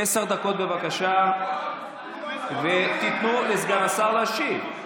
עשר דקות, בבקשה, ותיתנו לסגן השר להשיב.